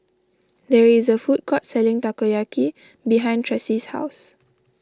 there is a food court selling Takoyaki behind Tressie's house